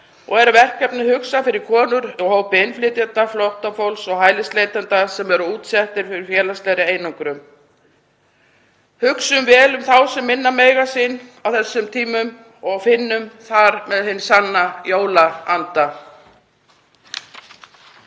og er verkefnið hugsað fyrir konur í hópi innflytjenda, flóttafólks og hælisleitenda, sem eru útsettar fyrir félagslegri einangrun. Hugsum vel um þá sem minna mega sín á þessum tímum og finnum þar með hin sanna jólaanda.